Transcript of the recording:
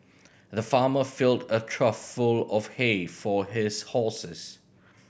the farmer filled a trough full of hay for his horses